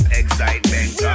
excitement